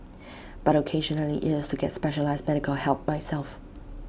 but occasionally IT is to get specialised medical help myself